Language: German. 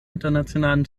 internationalen